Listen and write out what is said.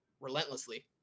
relentlessly